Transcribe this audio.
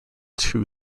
two